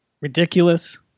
ridiculous